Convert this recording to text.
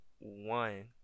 one